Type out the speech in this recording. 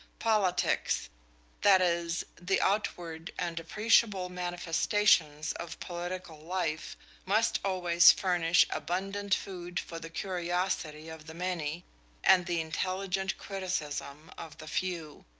politics that is, the outward and appreciable manifestations of political life must always furnish abundant food for the curiosity of the many and the intelligent criticism of the few.